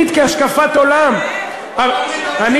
היא